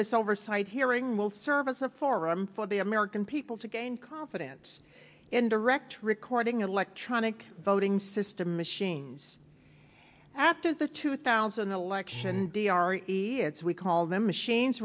this oversight hearing will serve as a forum for the american people to gain confidence in direct recording electronic voting system machines after the two thousand election deore as we call them machines